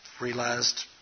realized